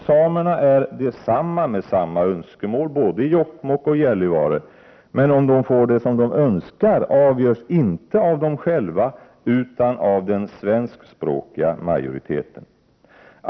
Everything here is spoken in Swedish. Samerna är desamma med samma önskemål i både Jokkmokk och Gällivare, men om de får det de önskar avgörs inte av dem själva utan av den svenskspråkiga majoriteten.